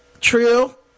Trill